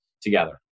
together